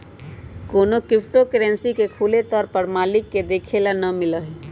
कौनो crypto currency के खुले तौर पर मालिक के देखे ला ना मिला हई